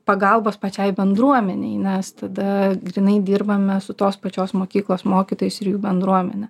pagalbos pačiai bendruomenei mes tada grynai dirbame su tos pačios mokyklos mokytojais ir jų bendruomene